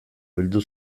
bildu